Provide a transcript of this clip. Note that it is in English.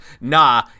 Nah